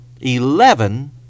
Eleven